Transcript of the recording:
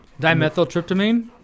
Dimethyltryptamine